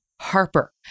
Harper